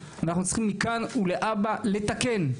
אנחנו צריכים מכאן ולהבא לתקן,